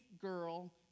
girl